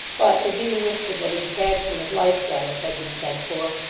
but, it being whispered that a detachment of life guards had been sent for,